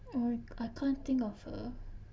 I I can't think of her